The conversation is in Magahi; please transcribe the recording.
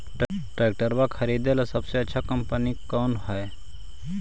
ट्रैक्टर खरीदेला सबसे अच्छा कंपनी कौन होतई?